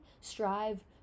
strive